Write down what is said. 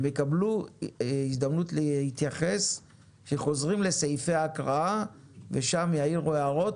הם יקבלו הזדמנות להתייחס כשחוזרים לסעיפי ההקראה ושם יעירו הערות